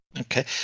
Okay